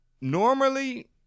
Normally